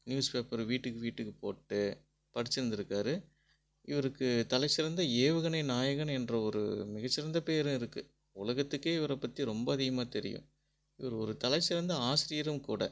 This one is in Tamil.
நியூஸ் பேப்பர் வீட்டுக்கு வீட்டுக்கு போட்டு படிச்சுருந்துருக்காரு இவருக்கு தலைச்சிறந்த ஏவுகணை நாயகன் என்ற ஒரு மிகச்சிறந்த பேரும் இருக்கு உலகத்துக்கே இவரை பற்றி ரொம்ப அதிகமாக தெரியும் இவர் ஒரு தலைச்சிறந்த ஆசிரியரும் கூட